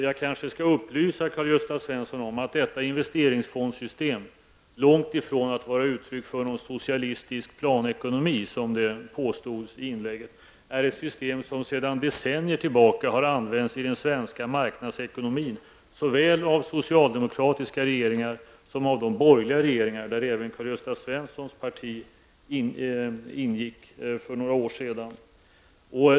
Jag kanske skall upplysa Karl-Gösta Svenson om att detta investeringsfondssystem långt ifrån är uttryck för någon socialistisk planekonomi, som det påstods i inlägget. Detta system har sedan decennier tillbaka använts i den svenska marknadsekonomin såväl av socialdemokratiska regeringar som av de borgerliga regeringar där även Karl-Gösta Svensons parti ingick för några år sedan.